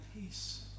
peace